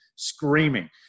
screaming